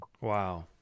Wow